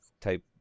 type